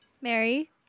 Mary